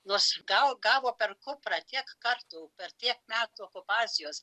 nors gal gavo per kuprą tiek kartų per tiek metų okupacijos